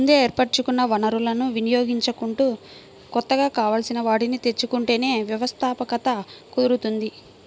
ముందే ఏర్పరచుకున్న వనరులను వినియోగించుకుంటూ కొత్తగా కావాల్సిన వాటిని తెచ్చుకుంటేనే వ్యవస్థాపకత కుదురుతుంది